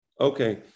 Okay